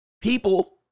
People